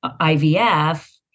IVF